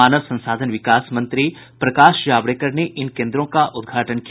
मानव संसाधन विकास मंत्री प्रकाश जावड़ेकर ने इन केंद्रों का उद्घाटन किया